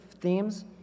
themes